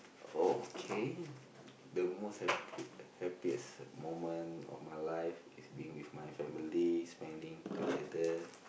oh okay the most happy happiest moment of my life is being with my families spending together